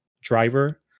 driver